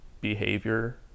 behavior